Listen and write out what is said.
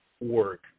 work